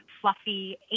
fluffy